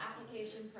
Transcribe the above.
application